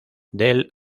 del